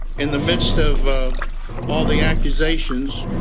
in the midst of all the accusations